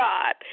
God